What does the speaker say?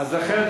אז לכן,